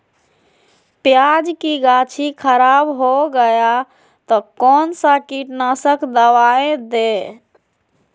प्याज की गाछी खराब हो गया तो कौन सा कीटनाशक दवाएं दे?